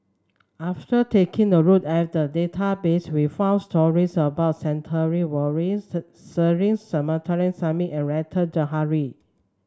after taking a look at the database we found stories about Stanley Warren Cecil Clementi Smith and Rita Zahara